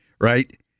right